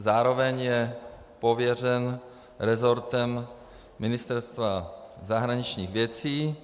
Zároveň je pověřen resortem Ministerstva zahraničních věcí.